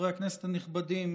חברי הכנסת הנכבדים,